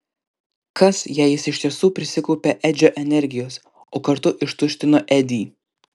kas jei jis iš tiesų prisikaupė edžio energijos o kartu ištuštino edį